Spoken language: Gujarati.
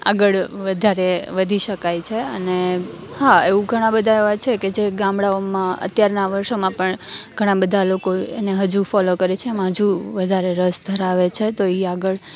આગળ વધારે વધી શકાય છે અને હા એવું ઘણા બધા એવા છે કે જે ગામડાઓમાં અત્યારના વર્ષોમાં પણ ઘણા બધા લોકો એને હજુ ફોલો કરે છે એમાં હજુ વધારે રસ ધરાવે છે તો એ આગળ